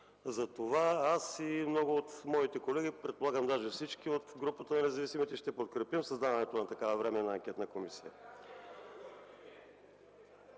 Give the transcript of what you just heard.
Затова аз и много от моите колеги, предполагам – даже всички от групата на независимите, ще подкрепим създаването на такава Временна анкетна комисия.